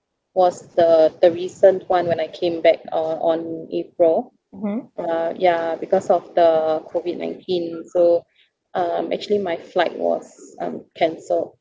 was the the recent one when I came back uh on april uh yeah because of the COVID nineteen so um actually my flight was um cancelled